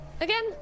again